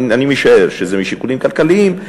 אני משער שזה משיקולים כלכליים,